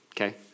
Okay